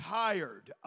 tired